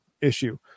issue